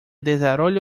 desarrollo